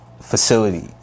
facility